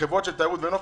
חברות של תיירות ונופש,